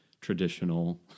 traditional